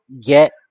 get